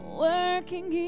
working